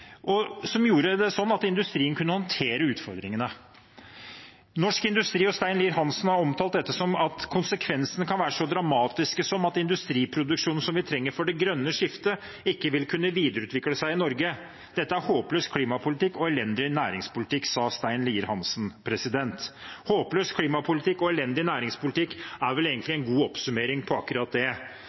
som gjorde at industrien kunne håndtere utfordringene. Norsk Industri og Stein Lier-Hansen har omtalt dette slik: «Konsekvensene kan være så dramatiske som at industriproduksjon som vi trenger for det grønne skiftet, ikke vil kunne videreutvikle seg i Norge. Dette er håpløs klimapolitikk og elendig næringspolitikk.» Dette sa Stein Lier-Hansen. Håpløs klimapolitikk og elendig næringspolitikk er vel egentlig en god oppsummering av akkurat det.